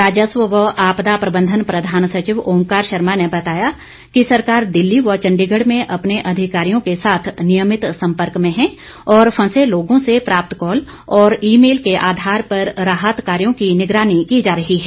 राजस्व व आपदा प्रबंधन प्रधान सचिव ओंकार शर्मा ने बताया कि सरकार दिल्ली व चंडीगढ़ में अपने अधिकारियों के साथ नियमित संपर्क में है और फंसे लोगों से प्राप्त कॉल और ई मेल के आधार पर राहत कार्यों की निगरानी की जा रही है